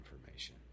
information